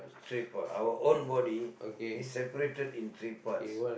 three part our own body is separated in three parts